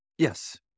Yes